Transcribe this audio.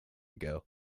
ago